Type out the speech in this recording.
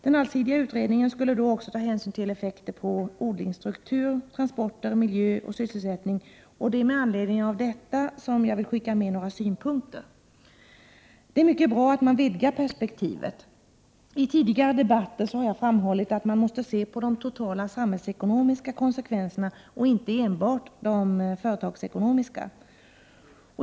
Den allsidiga utredningen skulle då också ta hänsyn till effekter på odlingsstruktur, transporter, miljö och sysselsättning, och det är med anledning av detta som jag vill skicka med några synpunkter. Det är mycket bra att man vidgar perspektivet. I tidigare debatter har jag framhållit att man måste se på de totala samhällsekonomiska konsekvenserna och inte enbart på de företagsekonomiska.